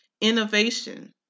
Innovation